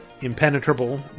impenetrable